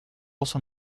also